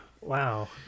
Wow